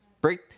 break